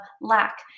lack